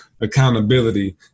accountability